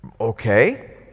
okay